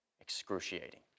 excruciating